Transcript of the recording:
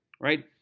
right